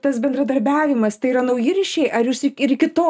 tas bendradarbiavimas tai yra nauji ryšiai ar jūs ir iki to